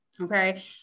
Okay